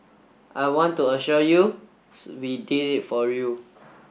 I want to assure you we did it for you